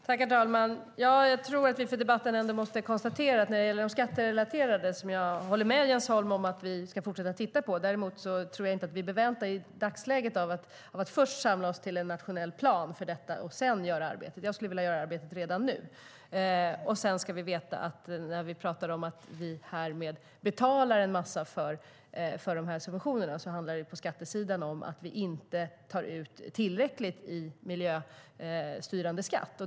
Herr talman! Jag håller med Jens Holm om att vi ska fortsätta att titta på de skatterelaterade subventionerna. Däremot tror jag inte att vi i dagsläget är betjänta av att först samla oss till en nationell plan och sedan göra arbetet. Jag skulle vilja göra arbetet redan nu. Att vi betalar en massa för de här subventionerna innebär på skattesidan att vi inte tar ut tillräckligt i miljöstyrande skatt.